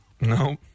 No